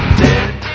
dead